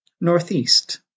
northeast